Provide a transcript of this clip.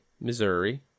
Missouri